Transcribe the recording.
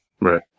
Right